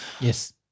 Yes